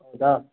ಹೌದಾ